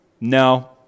No